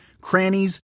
crannies